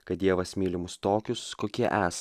kad dievas myli mus tokius kokie es